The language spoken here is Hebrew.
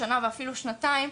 שנה ואפילו שנתיים,